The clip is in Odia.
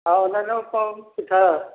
ଆଉ ଅନ୍ୟାନ୍ୟ କ'ଣ ପିଠା